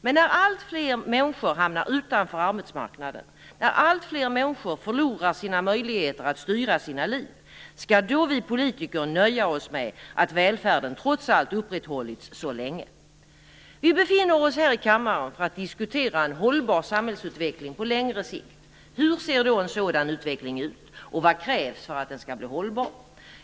Men när alltfler människor hamnar utanför arbetsmarknaden, när alltfler människor förlorar sina möjligheter att styra sina liv, skall vi politiker då nöja oss med att välfärden trots allt upprätthållits så länge? Vi befinner oss i denna kammare för att diskutera en hållbar samhällsutveckling på längre sikt. Hur ser då en sådan utveckling ut och vad krävs för att den skall bli hållbar?